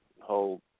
whole